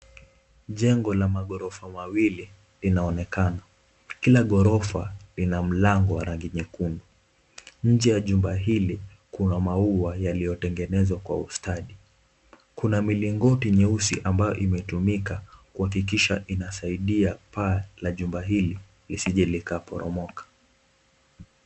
Jengo la maghorofa mawili linaonekana, kila ghorofa lina mlango wa rangi ya nyekundu nje ya jumba hili kuna maua yaliyotengenezwa kwa ustadi, kuna milingoti nyeusi ambayo imetumika kuhakikisha inasaidia paa la jumba hili lisije likaporomoka.